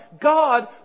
God